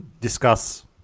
discuss